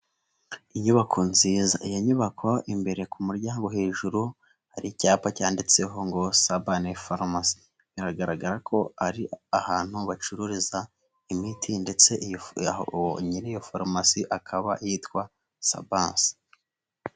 Inyubako nziza, iyo nyubako imbere ku muryango hejuru, hari icyapa cyanditseho ngo sabani faromasi, biragaragara ko ari ahantu bacururiza imiti ndetse nyiri iyo farumasi akaba yitwa Savanse.